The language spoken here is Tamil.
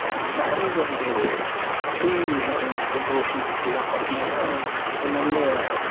மேரேஜ் வந்து ப்ரீ மேரேஜ் போட்டோஷூட்லாம் பார்த்தீங்கன்னா ஒரு நல்ல